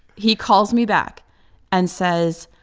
he calls me back and says,